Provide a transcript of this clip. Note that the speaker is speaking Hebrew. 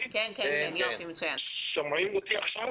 לשמוע.